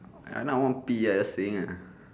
and now I want to pee just saying ah